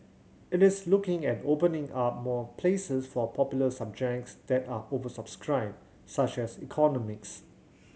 it is looking at opening up more places for popular subjects that are oversubscribed such as economics